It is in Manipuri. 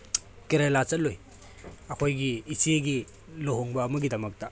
ꯀꯦꯔꯦꯂꯥ ꯆꯠꯂꯨꯏ ꯑꯩꯈꯣꯏꯒꯤ ꯏꯆꯦꯒꯤ ꯂꯨꯍꯣꯡꯕ ꯑꯃꯒꯤꯗꯃꯛꯇ